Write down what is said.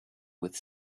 with